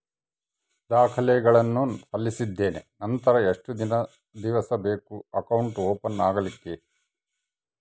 ದಾಖಲೆಗಳನ್ನು ಸಲ್ಲಿಸಿದ್ದೇನೆ ನಂತರ ಎಷ್ಟು ದಿವಸ ಬೇಕು ಅಕೌಂಟ್ ಓಪನ್ ಆಗಲಿಕ್ಕೆ?